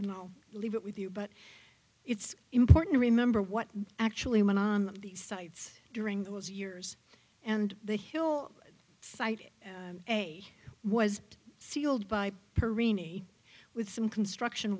and i'll leave it with you but it's important to remember what actually went on the sites during those years and the hill site it was sealed by perrine with some construction